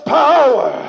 power